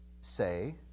say